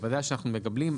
בוודאי שאנחנו מדברים,